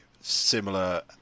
similar